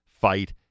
fight